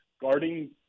guarding